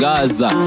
Gaza